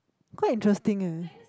quite interesting eh